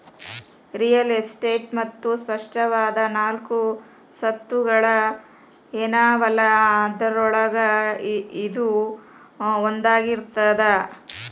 real estate ಮತ್ತ ಸ್ಪಷ್ಟವಾದ ನಾಲ್ಕು ಸ್ವತ್ತುಗಳ ಏನವಲಾ ಅದ್ರೊಳಗ ಇದೂ ಒಂದಾಗಿರ್ತದ